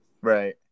Right